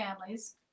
families